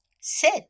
Sit